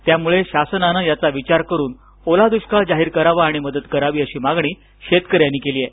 त्यामुळे शासनान याचा विचार करून ओला दुष्काळ जाहीर करावा आणि मदत करावी अशी मागणी शेतकऱ्यांनी केली आहे